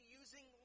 using